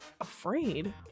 Afraid